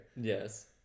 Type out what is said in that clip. Yes